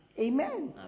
Amen